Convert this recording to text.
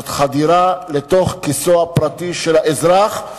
זאת חדירה לתוך כיסו הפרטי של האזרח.